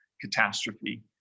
catastrophe